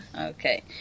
okay